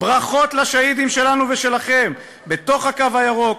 "ברכות לשהידים שלנו ושלכם בתוך הקו הירוק,